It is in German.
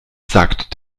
sagt